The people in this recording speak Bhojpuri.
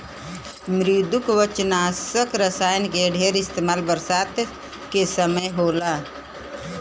मृदुकवचनाशक रसायन के ढेर इस्तेमाल बरसात के समय होला